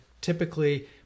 typically